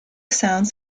sound